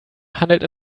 handelt